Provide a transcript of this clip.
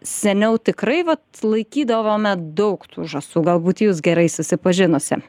seniau tikrai vat laikydavome daug tų žąsų galbūt jūs gerai susipažinusi